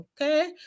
Okay